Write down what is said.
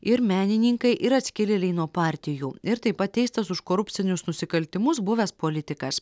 ir menininkai ir atskilėliai nuo partijų ir taip pat teistas už korupcinius nusikaltimus buvęs politikas